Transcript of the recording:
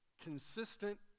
consistent